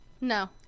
No